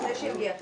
לפני שיגיע התקציב.